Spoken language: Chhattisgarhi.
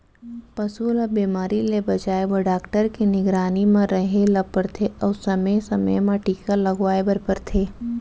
पसू ल बेमारी ले बचाए बर डॉक्टर के निगरानी म रहें ल परथे अउ समे समे म टीका लगवाए बर परथे